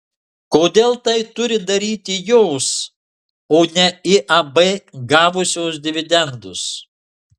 kodėl tai turi daryti jos o ne iab gavusios dividendus